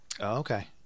Okay